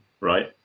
right